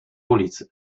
ulicy